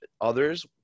others